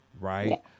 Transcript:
right